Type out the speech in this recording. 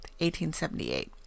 1878